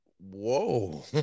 Whoa